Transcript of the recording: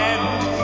End